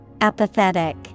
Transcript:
Apathetic